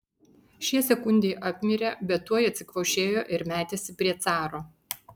šie sekundei apmirė bet tuoj atsikvošėjo ir metėsi prie caro